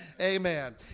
Amen